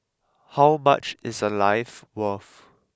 how much is a life worth